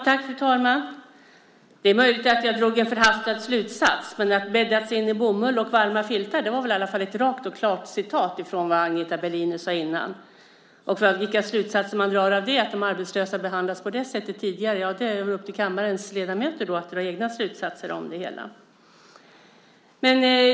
Fru talman! Det är möjligt att jag drog en förhastad slutsats. Men att man bäddats in i bomull och varma filtar var väl i alla fall ett rakt och klart citat av det som Agneta Berliner sade tidigare. Vilka slutsatser man ska dra av att de arbetslösa behandlats på det sättet tidigare är upp till kammarens ledamöter att avgöra.